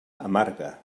amarga